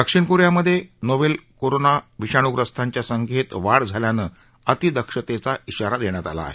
दक्षिण कोरियामधे novel corona विषाणूग्रस्तांच्या संख्येत वाढ झाल्यानं अति दक्षतेचा इशारा देण्यात आला आहे